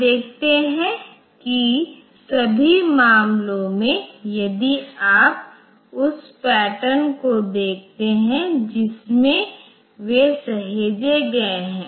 अब आप देखते हैं कि सभी मामलों में यदि आप उस पैटर्न को देखते हैं जिसमें वे सहेजे गए हैं